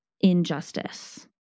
Injustice